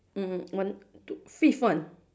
one tw~ fifth one